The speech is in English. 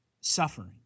suffering